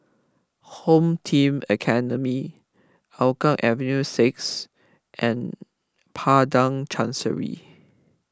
Home Team Academy Hougang Avenue six and Padang Chancery